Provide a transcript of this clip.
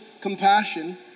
compassion